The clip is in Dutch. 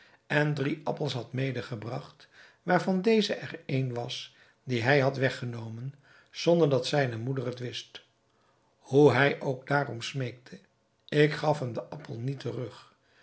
en drie appels had medegebragt waarvan deze er een was dien hij had weggenomen zonder dat zijne moeder het wist hoe hij ook daarom smeekte ik gaf hem den appel niet terug